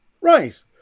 Right